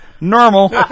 normal